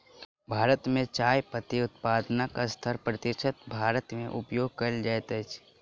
भारत मे चाय पत्ती उत्पादनक सत्तर प्रतिशत भारत मे उपयोग कयल जाइत अछि